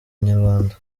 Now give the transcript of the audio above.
inyarwanda